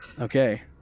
Okay